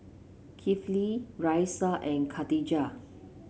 Kifli Raisya and Khatijah